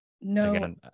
No